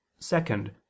Second